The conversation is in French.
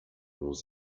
monts